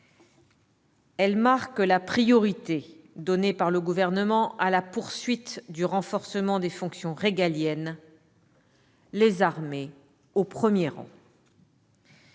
Elle marque la priorité donnée par le Gouvernement à la poursuite du renforcement des fonctions régaliennes, les armées au premier rang.